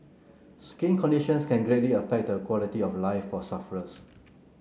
skin conditions can greatly affect the quality of life for sufferers